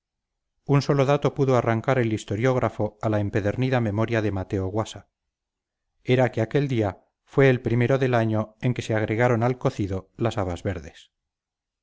un solo dato pudo arrancar el historiógrafo a la empedernida memoria de mateo guasa era que aquel día fue el primero del año en que se agregaron al cocido las habas verdes